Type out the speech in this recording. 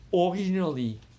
originally